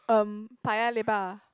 erm Paya-Lebar